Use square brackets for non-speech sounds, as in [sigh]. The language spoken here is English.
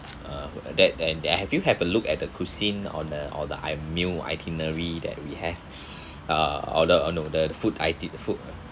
uh that and have you have a look at the cuisine on the on the i~ meal itinerary that we have [breath] uh order all noodle the food iti~ the food